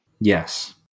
Yes